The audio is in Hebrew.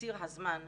בציר הזמן,